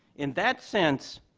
in that sense,